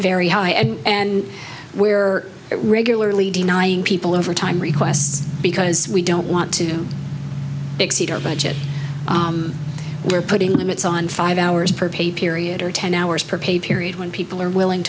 very high end and where it regularly denying people over time requests because we don't want to exceed our budget we're putting limits on five hours per pay period or ten hours per pay period when people are willing